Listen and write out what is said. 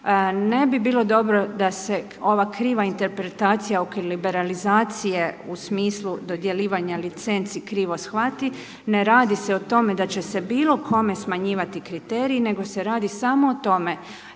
Ne bi bilo dobro da se ova kriva interpretacija oko liberalizacije u smislu dodjeljivanja licenci krivo shvati. Ne radi se o tome da će se bilo kome smanjivati kriteriji, nego se radi samo o tome